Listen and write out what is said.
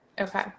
okay